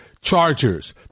Chargers